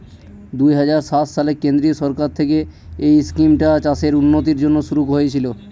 দুই হাজার সাত সালে কেন্দ্রীয় সরকার থেকে এই স্কিমটা চাষের উন্নতির জন্যে শুরু হয়েছিল